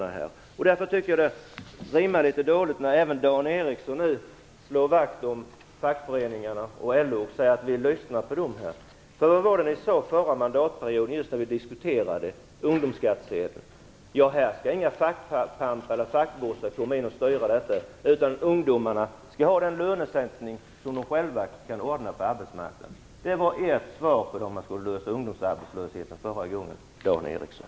Det rimmar därför illa när Dan Ericsson nu slår vakt om fackföreningarna och LO och säger att ni lyssnar till dem. Vad var det ni sade under förra mandatperioden när vi diskuterade ungdomsskattsedeln? Här skall inga fackpampar eller fackbossar komma in och styra, utan ungdomarna skall ha den lönesänkning de själva kan ordna på arbetsmarknaden! Det var förra gången ert svar på frågan hur man skulle lösa problemet med ungdomsarbetslösheten, Dan Ericsson.